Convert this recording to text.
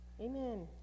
amen